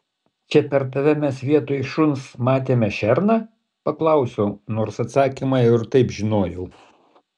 čia per tave mes vietoj šuns matėme šerną paklausiau nors atsakymą jau ir taip žinojau